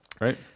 right